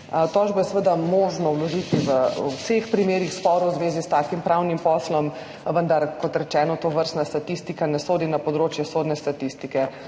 Tožbo je seveda možno vložiti v vseh primerih sporov v zvezi s takim pravnim poslom, vendar, kot rečeno, tovrstna statistika ne sodi na področje sodne statistike.